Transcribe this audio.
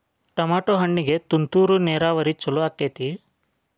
Tomato ಹಣ್ಣಿಗೆ ತುಂತುರು ನೇರಾವರಿ ಛಲೋ ಆಕ್ಕೆತಿ?